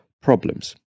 problems